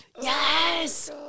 Yes